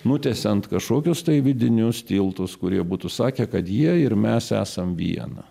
nutiesiant kažkokius vidinius tiltus kurie būtų sakė kad jie ir mes esam viena